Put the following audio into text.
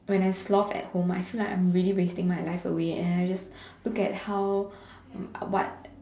when I sloth at home I feel like I'm really wasting my life away and I just look at how what